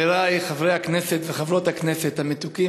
חברי חברי הכנסת וחברות הכנסת המתוקים